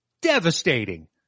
devastating